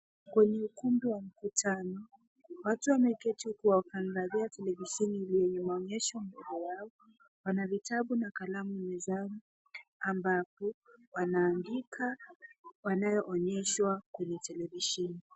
Kwenye ukundu wa mkutano watu wameketi huku wakiangalia televisheni yenye maonyesho mbele yao wana vitabu na kalamu mezani ambapo wanaandika wanayoonyeshwa kwenye televisheni.